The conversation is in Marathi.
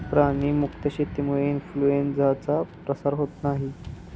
प्राणी मुक्त शेतीमुळे इन्फ्लूएन्झाचा प्रसार होत नाही